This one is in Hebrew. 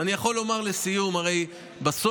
ואני יכול לומר לסיום, הרי בסוף,